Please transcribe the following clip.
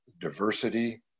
diversity